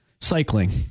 cycling